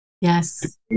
Yes